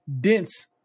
dense